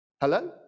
Hello